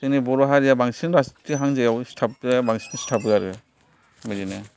जोंनि बर' हारिआ बांसिन राजखान्थि हान्जायाव सिथाबग्रा बांसिन सिथाबबो आरो बिदिनो